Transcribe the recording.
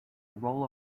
roll